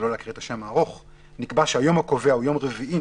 נקבע שהיום הקובע הוא יום רביעי,